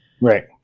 right